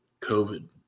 COVID